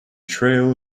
trail